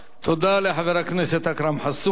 תודה לחבר הכנסת אכרם חסון.